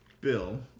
Bill